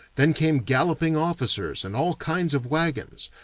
then came galloping officers and all kinds of wagons,